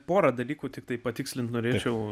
porą dalykų tiktai patikslinti norėčiau